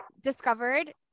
discovered